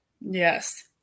Yes